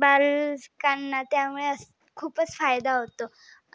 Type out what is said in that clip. बालकांना त्यामुळे खूपच फायदा होतो